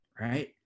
right